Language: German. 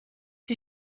die